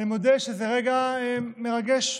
אני מודה שזה רגע מרגש עבורי.